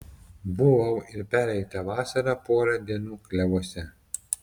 buvau ir pereitą vasarą porą dienų klevuose